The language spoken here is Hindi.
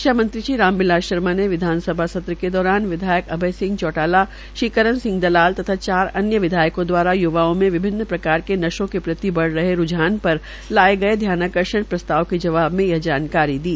शिक्षा मंत्री श्री राम बिलास शर्मा ने आज विधानसभा सत्र के दौरान विधायक श्री अभय सिंह चौटाला श्री करण सिंह दलाल तथा चार विधायकों दवारा य्वाओं में विभिन्न प्रकार के नशों के प्रति प्रतिदिन बढ़ रहे रूझान पर लाए गए ध्यानाकर्षण प्रस्ताव का जवाब में यह जानकारी दी